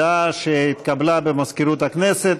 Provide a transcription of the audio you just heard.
הודעה שהתקבלה ממזכירות הכנסת,